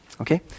Okay